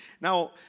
Now